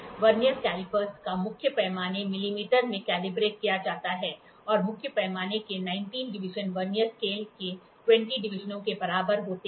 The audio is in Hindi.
वर्नियर कैलिपर का मुख्य पैमाना मिलीमीटर में कैलिब्रेट किया जाता है और मुख्य पैमाने के 19 डिवीजन वर्नियर स्केल के 20 डिवीजनों के बराबर होते हैं